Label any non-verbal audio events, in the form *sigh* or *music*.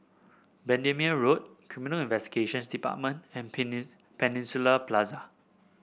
Bendemeer Road Criminal Investigation Department and *unintelligible* Peninsula Plaza